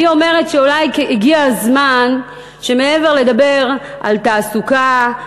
אני אומרת שאולי הגיע הזמן שמעבר לדיבור על תעסוקה,